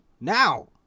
Now